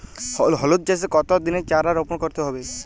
হলুদ চাষে কত দিনের চারা রোপন করতে হবে?